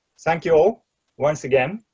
thank you all once again